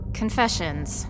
confessions